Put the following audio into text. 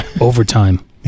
Overtime